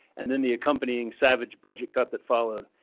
and then the accompanying savage budget cut that followed.